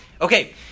Okay